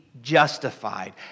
justified